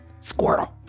Squirtle